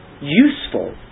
useful